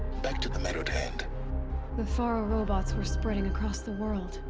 back to the matter at hand the faro robots were spreading across the world.